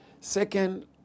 second